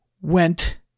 went